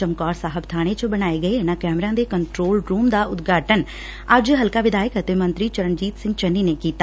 ਚਮਕੌਰ ਸਾਹਿਬ ਬਾਣੇ ਚ ਬਣਾਏ ਗਏ ਇਨੂਾਂ ਕੈਮਰਿਆਂ ਦੇ ਕੰਟਰੋਲ ਰੂਮ ਦਾ ਉਦਘਾਟਨ ਅੱਜ ਹਲਕਾ ਵਿਧਾਇਕ ਅਤੇ ਮੰਤਰੀ ਚਰਨਜੀਤ ਸਿੰਘ ਚੰਨੀ ਨੇ ਕੀਤਾ